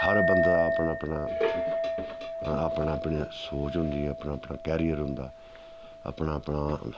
हर बन्दा अपना अपना अपना अपनी सोच होंदी ऐ अपना अपना कैरियर होंदा अपना अपना